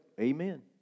Amen